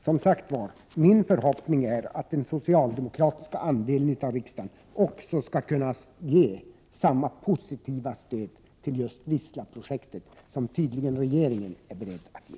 Som sagt är min förhoppning att den socialdemokratiska andelen av riksdagen också skall kunna ge samma positiva stöd till just Wislaprojektet som tydligen regeringen är beredd att ge.